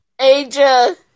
Asia